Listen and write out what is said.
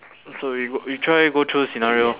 so we go we try go through the scenario